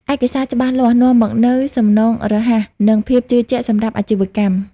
ឯកសារច្បាស់លាស់ នាំមកនូវសំណងរហ័ស និងភាពជឿជាក់សម្រាប់អាជីវកម្ម"។